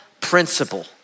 principle